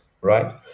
right